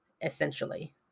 essentially